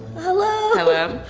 hello. hello.